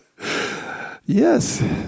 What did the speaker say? yes